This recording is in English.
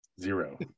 zero